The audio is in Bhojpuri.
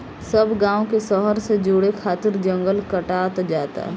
सब गांव के शहर से जोड़े खातिर जंगल कटात जाता